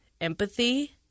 empathy